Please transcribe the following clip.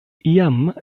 iam